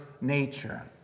nature